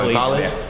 college